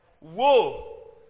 whoa